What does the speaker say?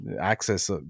access